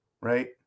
right